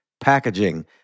packaging